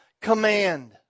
command